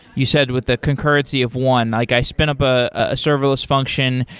you said with that concurrency of one, like i spin up a ah serverless function.